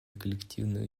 коллективные